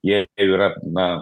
jei jau yra na